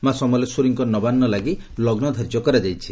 ମା' ସମଲେଶ୍ୱରୀଙ୍କ ନବାନ୍ ଲାଗି ଲଗୁ ଧାର୍ଯ୍ୟ କରାଯାଇଛି